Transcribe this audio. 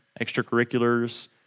extracurriculars